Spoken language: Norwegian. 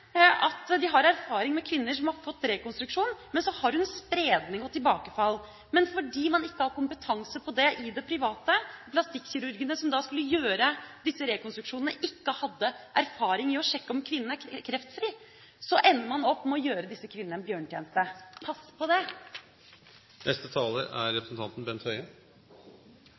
har erfaring med kvinner som har fått rekonstruksjon, men så får spredning og tilbakefall, og fordi man ikke har kompetanse på det i det private, fordi plastikkirurgene som skulle gjøre disse rekonstruksjonene, ikke hadde erfaring i å sjekke om kvinnen er kreftfri, ender man opp med å gjøre disse kvinnene en bjørnetjeneste. Pass på det!